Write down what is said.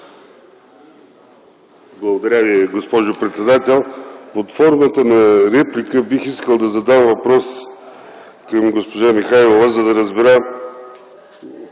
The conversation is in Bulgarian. Благодаря Ви, госпожо председател. Под формата на реплика бих искал да задам въпрос към госпожа Михайлова, за да разбера